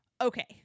okay